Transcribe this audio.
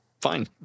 fine